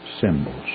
symbols